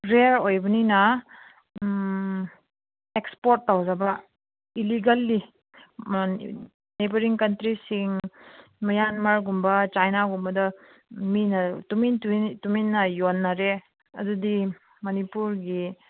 rare ꯑꯣꯏꯕꯅꯤꯅ ꯎꯝ export ꯇꯧꯗꯕ ꯏꯂꯤꯒꯦꯜꯂꯤ ꯅꯦꯕꯔꯤꯡ ꯀꯟꯇ꯭ꯔꯤꯁꯤꯡ ꯃ꯭ꯌꯥꯟꯃꯥꯔꯒꯨꯝꯕ ꯆꯥꯏꯅꯥꯒꯨꯝꯕꯗ ꯃꯤꯅ ꯇꯨꯃꯤꯟ ꯇꯨꯃꯤꯟ ꯇꯨꯃꯤꯟꯅ ꯌꯣꯟꯅꯔꯦ ꯑꯗꯨꯗꯤ ꯃꯅꯤꯄꯨꯔꯒꯤ